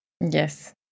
yes